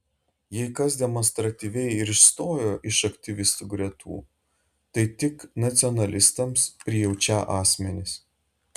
jei kas demonstratyviai ir išstojo iš aktyvistų gretų tai tik nacionalistams prijaučią asmenys